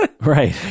Right